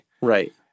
Right